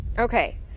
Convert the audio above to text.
Okay